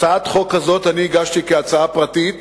הצעת החוק הזאת אני הצעתי כהצעה פרטית,